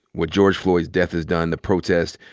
what george floyd's death has done, the protest,